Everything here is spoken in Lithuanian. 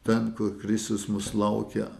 ten kur kristus mūs laukia